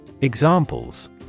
Examples